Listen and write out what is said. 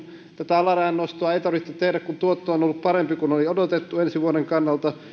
tätä alarajan nostoa ei tarvitse tehdä kun tuotto on ollut parempi kuin oli odotettu ensi vuoden kannalta